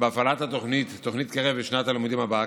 בהפעלת תוכנית קרב לשנת הלימודים הבאה,